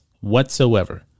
whatsoever